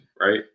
right